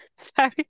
Sorry